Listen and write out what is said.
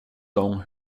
lång